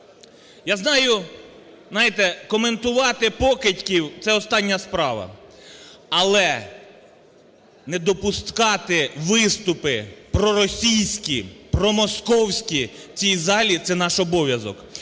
знаєте, коментувати покидьків – це остання справа, але не допускати виступи проросійські, промосковські в цій залі – це наш обов'язок.